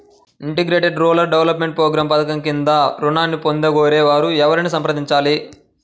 Integrated rural development programme ఈ పధకం క్రింద ఋణాన్ని పొందగోరే వారు ఎవరిని సంప్రదించాలి?